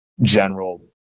general